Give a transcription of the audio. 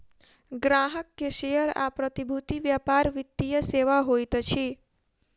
ग्राहक के शेयर आ प्रतिभूति व्यापार वित्तीय सेवा होइत अछि